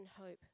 hope